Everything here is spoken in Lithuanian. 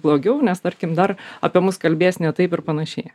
blogiau nes tarkim dar apie mus kalbės ne taip ir panašiai